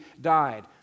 died